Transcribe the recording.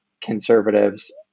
conservatives